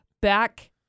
back